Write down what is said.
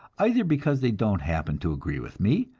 either because they don't happen to agree with me,